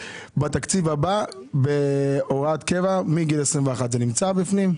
בתקציב הבא כהוראת קבע מגיל 21. זה נמצא בפנים?